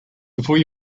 before